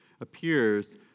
appears